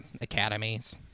academies